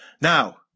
Now